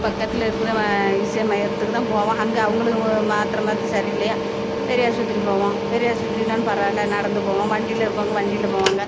பக்கத்தில் இருக்கிறவன் இசேவை மையத்துக்கு தான் போவான் அங்கே அவங்களும் மாத்திர மருந்து சரியில்லையா பெரியாஸ்பத்திரி போவோம் பெரியாஸ்பத்திரின்னாலும் பரவாயில்ல நடந்து போவோம் வண்டியில் இருக்கிறவங்க வண்டியில் போவாங்க